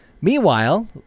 Meanwhile